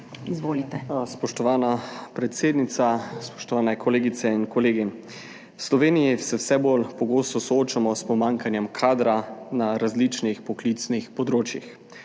Spoštovana predsednica, spoštovane kolegice in kolegi! V Sloveniji se vse bolj pogosto soočamo s pomanjkanjem kadra na različnih poklicnih področjih,